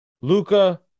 Luca